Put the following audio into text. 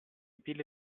pile